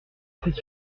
fruits